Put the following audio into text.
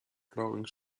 flowing